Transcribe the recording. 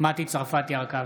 מטי צרפתי הרכבי,